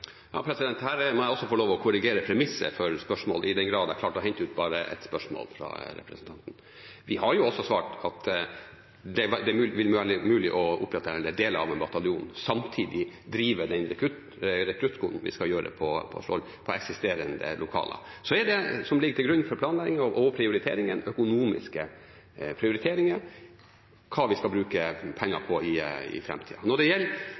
Her må jeg også får lov til å korrigere premisset for spørsmålet – i den grad jeg klarte å hente ut bare ett spørsmål fra representanten. Vi har også svart at det vil være mulig å opprette del av en bataljon og samtidig drive den rekruttskolen vi skal på Skjold, med eksisterende lokaler. Det som ligger til grunn for planleggingen og prioriteringene, er økonomiske prioriteringer – hva vi skal bruke penger på i framtida. Når det